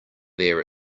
there